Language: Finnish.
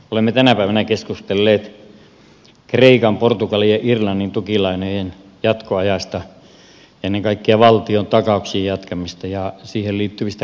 olemme tänä päivänä keskustelleet kreikan portugalin ja irlannin tukilainojen jatkoajasta ennen kaikkea valtiontakauksien jatkamisesta ja siihen liittyvistä riskeistä